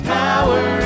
power